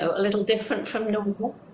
a little different from normal.